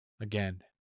Again